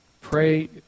Pray